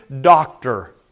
doctor